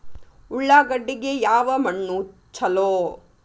ಉಳ್ಳಾಗಡ್ಡಿಗೆ ಯಾವ ಮಣ್ಣು ಛಲೋ?